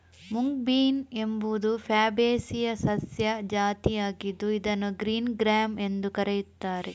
mung bean ಎಂಬುದು Fabaceae ಸಸ್ಯ ಜಾತಿಯಾಗಿದ್ದು ಇದನ್ನು ಗ್ರೀನ್ ಗ್ರ್ಯಾಮ್ ಎಂದೂ ಕರೆಯುತ್ತಾರೆ